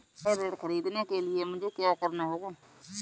गृह ऋण ख़रीदने के लिए मुझे क्या करना होगा?